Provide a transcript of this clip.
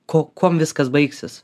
ko kuom viskas baigsis